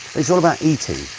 it's all about eating.